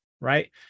Right